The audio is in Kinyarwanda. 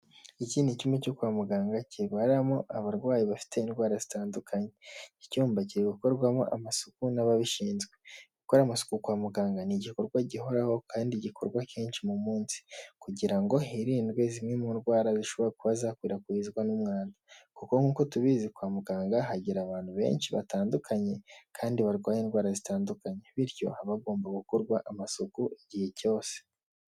Iki ni icyumba cyo kwa muganga kibamo abarwayi bafite indwara zitandukanye, icyumba kiri gukorwamo amasuku n'ababishinzwe. Gukora amasuku kwa muganga ni igikorwa gihoraho kandi gikorwa kenshi, mu munsi kugira ngo hirindwe zimwe mu ndwara zishobora kuba zakwirakwizwa n'umwanda. Kuko nk'uko tubizi kwa muganga hagira abantu benshi batandukanye kandi barwaye indwara zitandukanye, bityo hagomba gukorwa amasuku igihe cyose.